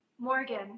Morgan